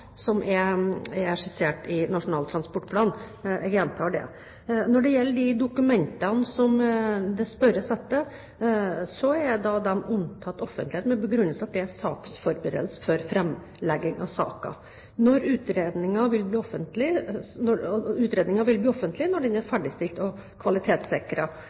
som er skissert i Nasjonal transportplan; jeg gjentar det. Når det gjelder de dokumentene som det spørres etter, er de unntatt offentlighet med den begrunnelse at det er saksforberedelser i forbindelse med framlegging av saken. Utredningen vil bli offentlig når den er ferdigstilt og